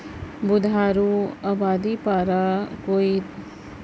बुधारू अबादी पारा कोइत संझा कन काय कॉंव कॉंव होत रहिस हवय तेंमा काखर संग काय बात होगे रिहिस हवय?